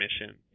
mission